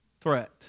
threat